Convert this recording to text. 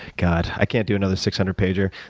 god. i can't do another six hundred pager.